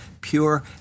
pure